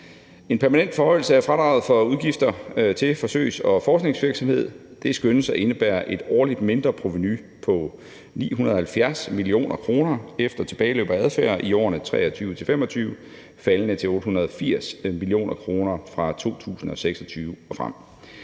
En permanent forhøjelse af fradraget for udgifter til forsøgs- og forskningsvirksomhed skønnes at indebære et årligt mindreprovenu på 970 mio. kr. efter tilbageløb og adfærd i årene 2023-2025, faldende til 880 mio. kr. fra 2026 og frem.